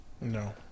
No